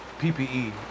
PPE